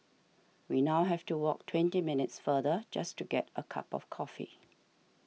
we now have to walk twenty minutes farther just to get a cup of coffee